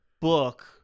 book